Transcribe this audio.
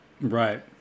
Right